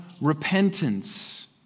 repentance